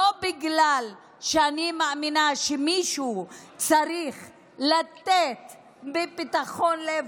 בגלל שאני מאמינה שמישהו צריך לתת מפתחון לב,